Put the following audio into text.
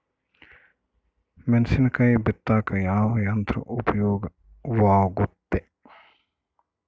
ಮೆಣಸಿನಕಾಯಿ ಬಿತ್ತಾಕ ಯಾವ ಯಂತ್ರ ಉಪಯೋಗವಾಗುತ್ತೆ?